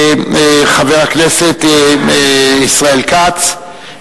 חבר הכנסת ישראל כץ,